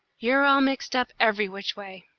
you're all mixed up every which way.